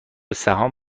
سهام